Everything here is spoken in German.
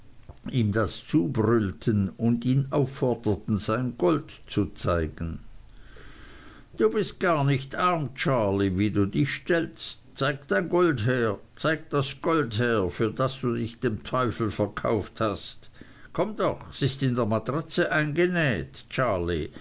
ihm das zubrüllten und ihn aufforderten sein gold zu zeigen du bist gar nicht arm charley wie du dich stellst zeig dein gold her zeig das gold her für das du dich dem teufel verkauft hast komm doch s ist in der matratze eingenäht charley